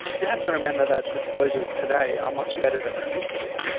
we have to remember that disclosures today are much better than they used to be.